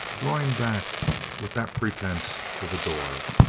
drawing back with that pretence to the door.